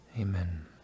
Amen